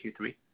Q3